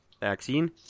Vaccine